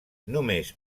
només